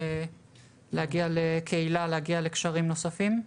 להגיע לקהילה וליצור קשרים חברתיים נוספים.